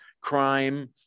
crime